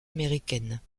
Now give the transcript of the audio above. américaines